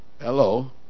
hello